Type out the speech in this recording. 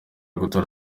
gutora